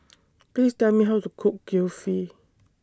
Please Tell Me How to Cook Kulfi